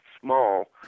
small